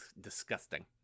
disgusting